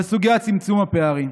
על סוגיית צמצום הפערים.